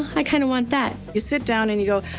i kind of want that. you sit down and you go,